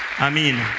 Amen